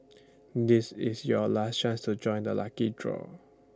this is your last chance to join the lucky draw